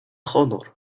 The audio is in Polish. honor